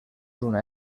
una